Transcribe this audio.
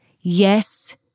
Yes